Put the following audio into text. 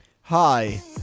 Hi